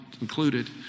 included